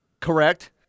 Correct